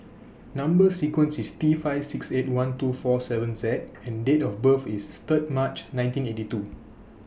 Number sequence IS T five six eight one two four seven Z and Date of birth IS Third March nineteen eighty two